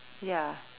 ya